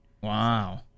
Wow